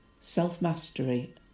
self-mastery